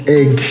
egg